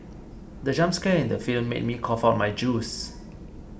the jump scare in the film made me cough out my juice